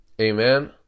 Amen